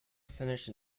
finished